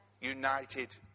United